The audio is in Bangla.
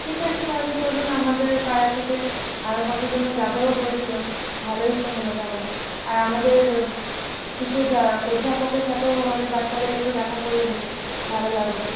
ঠিক আছে তাহলে চলুন আমাদের পাড়া থেকে আরও কতজনও যাবেও বলছিল ভালোই তো হলো তাহলে আর আমাদের কিছু যারা অধ্যাপকের সাথেও আমাদের বাচ্চাদের একটু দেখা করিয়ে দেবো ভালো লাগবে